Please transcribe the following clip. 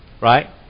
Right